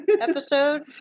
episode